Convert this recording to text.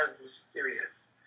mysterious